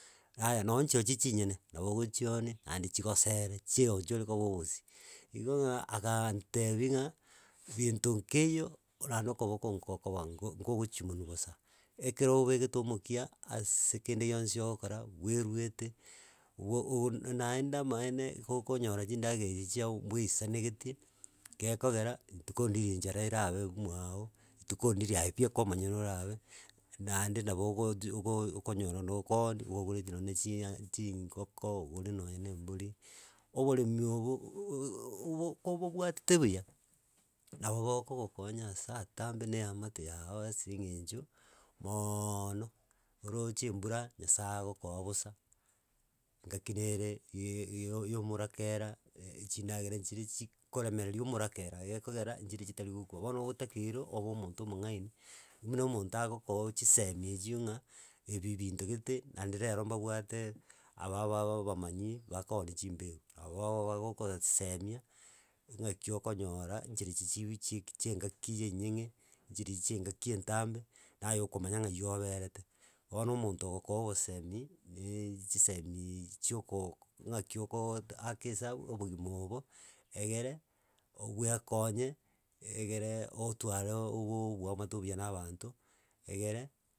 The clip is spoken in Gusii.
Aya nooo nchirochio chinyene, nabo ogochionie, naende chigoseere chioege choria ore koba obosie, igo ng'a, agantebi ng'a gento nkeiyo naende okoboko nkokoba ngogochi monu bosa, ekero obegete omokia, assse kende gionsi ogokora, bwerwete obwaa oo naende amaene iga okonyora chindagera echi chiago mbwaisanegetie gekogera, ntuko ndiyo enchara erabe mwago, rituko ndiri aye bieka omonyene orabe, naende nabo ogoji ogo okonyora na okoondi, igo ogore ebi nonye chia chingoko, ogore nonye na embori, oboremi obo o- oooooo obokobobwatete buya, nabo bokogokonya ase atambe na eamate yago ase eng'encho, mooooono, oroche embura nyasae agokoa bosa, ngaki nere yaaaa ya omorakera, chindagera chiri chikoremereri omorakera iga gekogera, nchiri chitari gokwa, bono ogootakeire obe bomonto omong'aini buna omonto agokoa chisemi echio ng'a ebi binto gete, naende rero mbabwateee aba aba abamanyi, bakoonia chimbegu. Abo abo bagokosemia ng'aki okonyora nchirichi chiwi chiek chia eng'aki enyeng'e, nchiri chia engaki entambe, naye okomanya ng'ai oberete. Bono omonto ogokoa obosemi, naaaa chisemiii chiokok ng'aki okoaka esabu obogima obo egere oo bwekonye, egereee otware obooo oboamate obuya na abanto, egere.